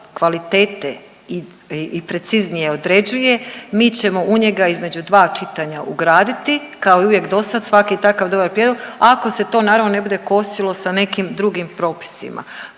kvalitete i preciznije određuje, mi ćemo u njega između dva čitanja ugraditi, kao uvijek i do sad svaki takav dobar prijedlog, ako se to naravno ne bude kosilo sa nekim drugim propisima,